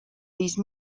these